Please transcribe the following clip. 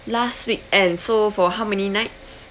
last week and so for how many nights